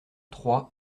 trois